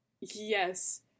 Yes